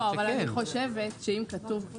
לא,